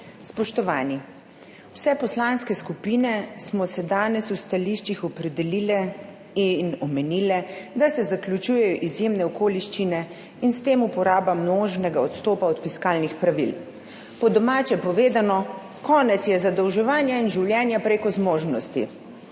Spoštovani! Vse poslanske skupine smo se danes v stališčih opredelile in omenile, da se zaključujejo izjemne okoliščine in s tem uporaba možnega odstopa od fiskalnih pravil. Po domače povedano, konec je zadolževanja in življenja preko zmožnosti.